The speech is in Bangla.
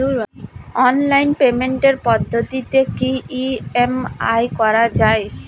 অনলাইন পেমেন্টের পদ্ধতিতে কি ই.এম.আই করা যায়?